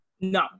No